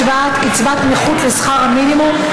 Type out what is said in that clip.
השוואת קצבת נכות לשכר המינימום),